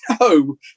no